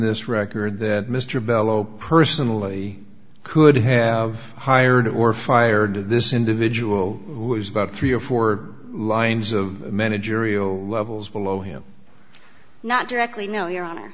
this record that mr bello personally could have hired or fired this individual who is about three or four lines of managerial levels below him not directly no your hon